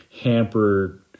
hampered